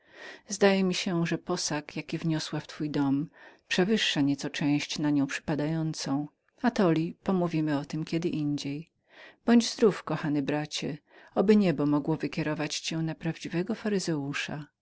zdaje mi się że posag jaki wniosła w twój dom przewyższa nieco część na nią przypadającą atoli pomówimy o tem kiedy indziej bądź zdrów kochany bracie oby niebo mogło wykierować cię na prawdziwego